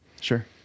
Sure